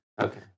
Okay